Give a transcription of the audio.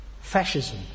fascism